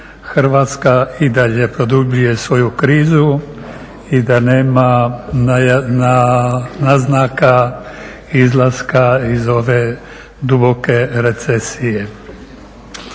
Hrvatska i dalje produbljuje svoju krizu i da nema naznaka izlaska iz ove duboke recesije.